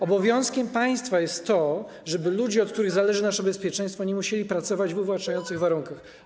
Obowiązkiem państwa jest to, żeby ludzie, od których zależy nasze bezpieczeństwo, nie musieli pracować w uwłaczających warunkach.